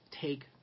take